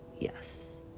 yes